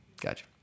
gotcha